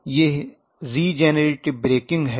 यह regenerative braking है